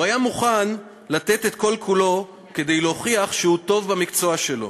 הוא היה מוכן לתת את כל-כולו כדי להוכיח שהוא טוב במקצוע שלו.